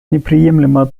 неприемлемо